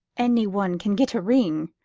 anyone can get a ring.